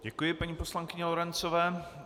Děkuji paní poslankyni Lorencové.